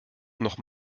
noch